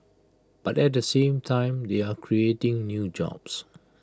but at the same time they are creating new jobs